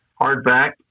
hardback